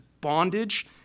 bondage